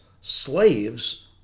slaves